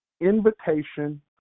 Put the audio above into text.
invitation